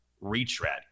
retread